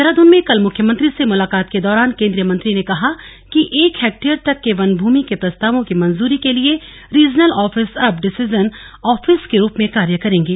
देहरादून में कल मुख्यमंत्री से मुलाकात के दौरान केंद्रीय मंत्री ने कहा कि एक हेक्टेयर तक के वन भूमि के प्रस्तावों की मंजूरी के लिए रीजनल आफिस अब डिसीजन आफिस के रूप में कार्य करेंगे